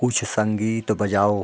कुछ संगीत बजाओ